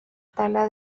tala